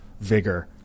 vigor